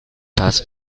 pass